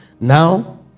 Now